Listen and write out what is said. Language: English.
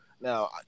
Now